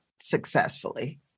successfully